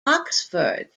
oxford